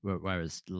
whereas